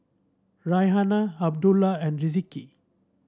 Raihana Abdullah and